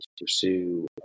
pursue